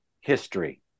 history